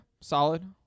solid